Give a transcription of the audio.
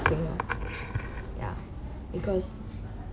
you know ya because